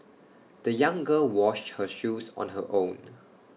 the young girl washed her shoes on her own